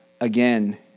Again